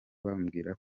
bambwiraga